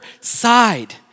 side